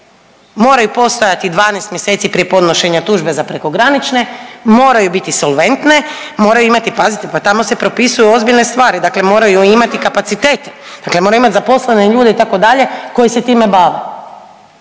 moraju postojati 12 mjeseci prije podnošenja tužbe za prekogranične, moraju biti solventne, moraju imati pazite pa tamo se propisuju ozbiljne stvari. Dakle, moraju imati kapacitete, dakle moraju imati zaposlene ljude itd. koji se time bave.